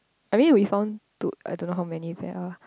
I mean we found two I don't know how many there are